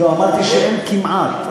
לא, אמרתי שאין כמעט.